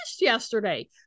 yesterday